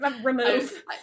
remove